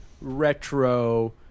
retro